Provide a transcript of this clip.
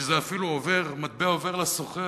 שזה אפילו מטבע עובר לסוחר.